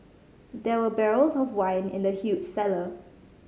there were barrels of wine in the huge cellar